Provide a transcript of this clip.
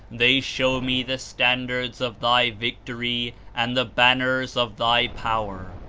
they show me the standards of thy victory and the banners of thy power.